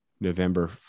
November